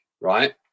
right